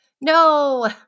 No